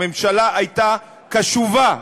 הממשלה הייתה קשובה,